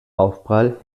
aufprall